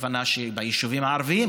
הכוונה שביישובים הערביים,